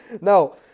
Now